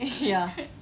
ya